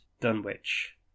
Dunwich